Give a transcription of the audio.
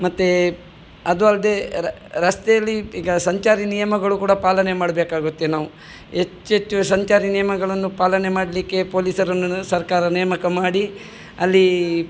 ಮತ್ತೆ ಅದು ಅಲ್ಲದೆ ರಸ್ತೆಯಲ್ಲಿ ಈಗ ಸಂಚಾರಿ ನಿಯಮಗಳು ಕೂಡ ಪಾಲನೆ ಮಾಡಬೇಕಾಗುತ್ತೆ ನಾವು ಹೆಚ್ಚೆಚ್ಚು ಸಂಚಾರಿ ನಿಯಮಗಳನ್ನು ಪಾಲನೆ ಮಾಡಲಿಕ್ಕೆ ಪೊಲೀಸರನ್ನು ಸರ್ಕಾರ ನೇಮಕ ಮಾಡಿ ಅಲ್ಲಿ